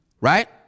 right